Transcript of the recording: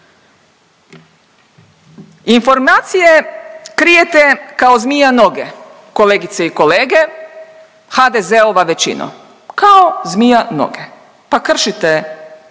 Informacije krijete kao zmija noge kolegice i kolege, HDZ-ova većino, kao zmija noge. Pa kršite